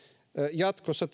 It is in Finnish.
jatkossa